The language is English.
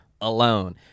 alone